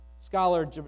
Scholar